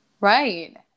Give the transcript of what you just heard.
Right